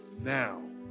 now